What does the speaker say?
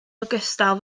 ogystal